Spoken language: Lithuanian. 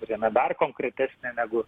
kuriame dar konkretesnė negu